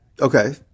Okay